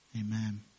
Amen